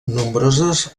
nombroses